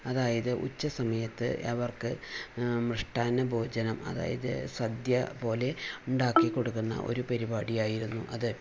അതായത് ഉച്ചസമയത്ത് അവർക്ക് മൃഷ്ടാന്ന ഭോജനം അതായത് സദ്യ പോലെ ഉണ്ടാക്കി കൊടുക്കുന്ന ഒരു പരിപാടിയായിരുന്നു അത്